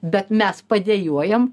bet mes padejuojam